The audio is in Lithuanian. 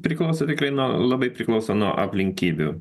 priklauso tikrai nuo labai priklauso nuo aplinkybių